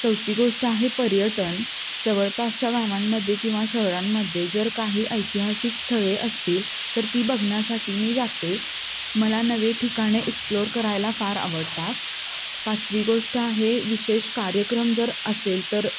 चौथी गोष्ट आहे पर्यटन जवळपासच्या गावांमध्ये किंवा शहरांमध्ये जर काही ऐतिहासिक स्थळे असतील तर ती बघण्यासाठी मी जाते मला नवे ठिकाणे एक्सप्लोअर करायला फार आवडतात पाचवी गोष्ट आहे विशेष कार्यक्रम जर असेल तर